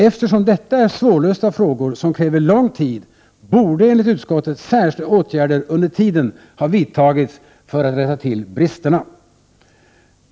Eftersom detta är svårlösta frågor som kräver lång tid borde enligt utskottet särskilda åtgärder under tiden ha vidtagits för att rätta till bristerna.